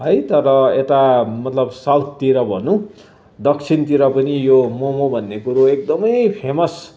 है तर यता मतलब साउथतिर भनौँ दक्षिणतिर पनि यो मम भन्ने कुरो एकदमै फेमस